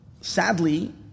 sadly